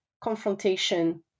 confrontation